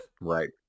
Right